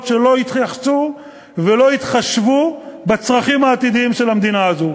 שלא התייחסו ולא התחשבו בצרכים העתידיים של המדינה הזו,